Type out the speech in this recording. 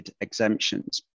exemptions